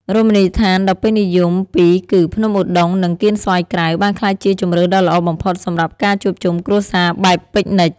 រមណីយដ្ឋានដ៏ពេញនិយមពីរគឺ ភ្នំឧដុង្គ និង កៀនស្វាយក្រៅ បានក្លាយជាជម្រើសដ៏ល្អបំផុតសម្រាប់ការជួបជុំគ្រួសារបែបពិកនិច។